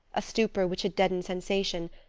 a stupor which had deadened sensation,